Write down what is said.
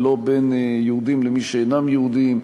לא בין יהודים למי שאינם יהודים,